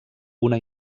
una